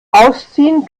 ausziehen